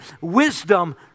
wisdom